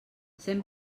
cent